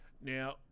now